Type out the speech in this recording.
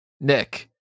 Nick